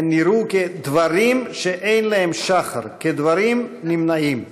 הן נראו כדברים שאין להם שחר, כדברים נמנעים,